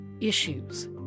issues